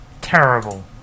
terrible